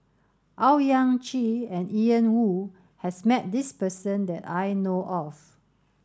Owyang Chi and Ian Woo has met this person that I know of